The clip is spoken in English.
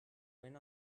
when